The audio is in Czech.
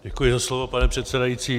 Děkuji za slovo, pane předsedající.